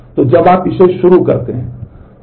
तो जब आप इसे शुरू करते हैं